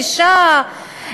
גישה,